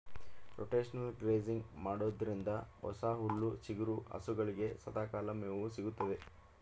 rotational grazing ಮಾಡೋದ್ರಿಂದ ಹೊಸ ಹುಲ್ಲು ಚಿಗುರಿ ಹಸುಗಳಿಗೆ ಸದಾಕಾಲ ಮೇವು ಸಿಗುತ್ತದೆ